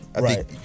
Right